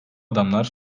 adamlar